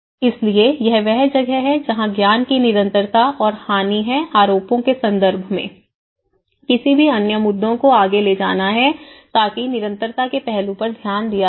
इसलिए यह वह जगह है जहां ज्ञान की निरंतरता और हानि है आरोपों के संदर्भ में किसी भी अन्य मुद्दों को आगे ले जाना है ताकि निरंतरता के पहलू पर ध्यान दिया जाए